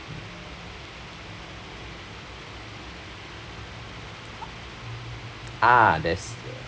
uh there's the